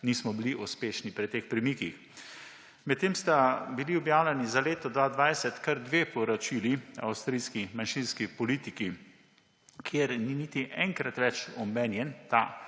nismo bili uspešni pri teh premikih? Medtem sta bili objavljeni za leto 2020 kar dve poročili o avstrijski manjšinski politiki, kjer ni niti enkrat več omenjen ta